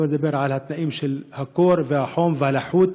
שלא לדבר על התנאים של קור וחום ולחות,